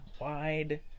wide